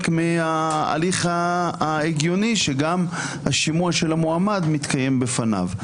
מההליך ההגיוני שגם השימוע של המועמד מתקיים בפניו.